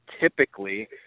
typically